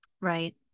Right